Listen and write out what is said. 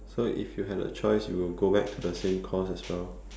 so if you had a choice you will go back to the same course as well